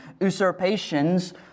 usurpations